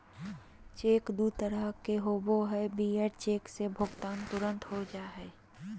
cheque दू तरह के होबो हइ, बियरर चेक से भुगतान तुरंत हो जा हइ